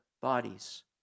bodies